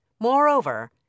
Moreover